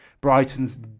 Brighton's